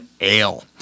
ale